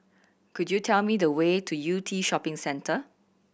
could you tell me the way to Yew Tee Shopping Centre